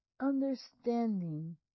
understanding